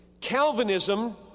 Calvinism